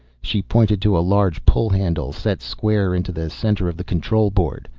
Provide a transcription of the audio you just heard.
she pointed to a large pull-handle set square into the center of the control board.